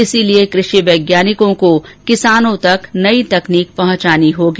इसीलिए कृषि वैज्ञानिकों को किसानों तक नयीं तकनीक पहुंचानी होगी